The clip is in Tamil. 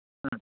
ஆ